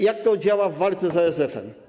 Jak to działa w walce z ASF?